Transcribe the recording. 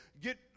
get